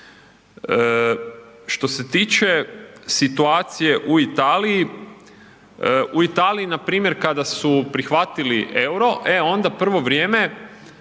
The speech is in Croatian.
Što se tiče situacije u Italiji, u Italiji npr. kada su prihvatili EUR-o, e onda prvo vrijeme